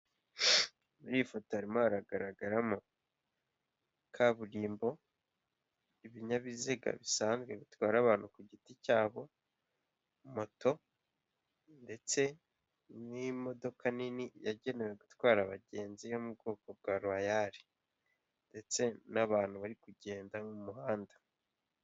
Muri iyi foto harimo haragaramo kaburimbo, ibinyabiziga bisazwe bitwara abantu ku giti cyabo, moto ndetse n'imodoka nini yagenewe gutwara abagenzi yo mu bwoko wa ruwayari ndetse n'abantu bari kugenda mu muhanda.